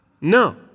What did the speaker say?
No